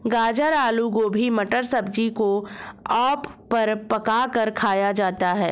गाजर आलू गोभी मटर सब्जी को आँच पर पकाकर खाया जाता है